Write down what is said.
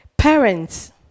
Parents